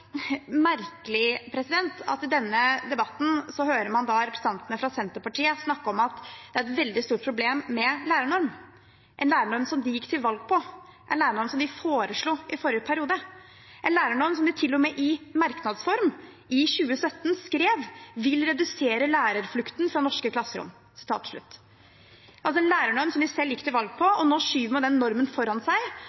merkelig at man i denne debatten hører representantene fra Senterpartiet snakke om at det er et veldig stort problem med lærernorm – en lærernorm som de gikk til valg på, en lærernorm som de foreslo i forrige periode, en lærernorm som de til og med i merknadsform i 2017 skrev «vil redusere lærerflukten fra norske klasserom». En lærernorm som de selv gikk til valg på,